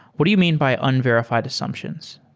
what do you mean by unverifi ed assumptions?